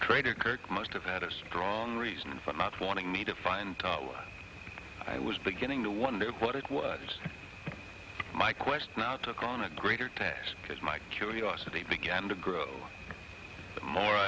crater creek must have had a strong reason for wanting me to find i was beginning to wonder what it was my question now took on a greater test because my curiosity began to grow